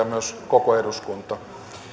myös koko eduskunta